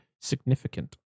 significant